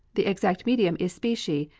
the exact medium is specie,